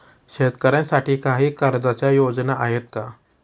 शेतकऱ्यांसाठी काही कर्जाच्या योजना आहेत का?